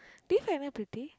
do you find her pretty